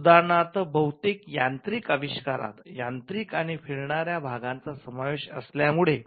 उदाहरणार्थ बहुतेक यांत्रिक आविष्कारात यांत्रिक आणि फिरणार्या भागांचा समावेश असल्यामुळे